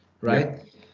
Right